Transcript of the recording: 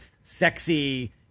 sexy